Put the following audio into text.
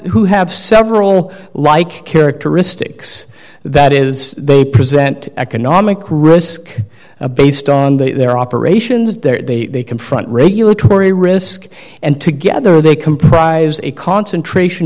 who have several like characteristics that is they present economic risk based on their operations there they confront regulatory risk and together they comprise a concentration